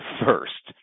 first